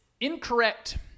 incorrect